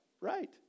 Right